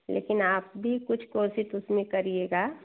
लेकिन आप ही कुछ कोशिश उसमें करिएगा